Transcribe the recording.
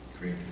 great